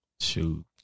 Shoot